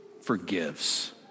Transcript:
forgives